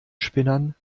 spinnern